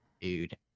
Dude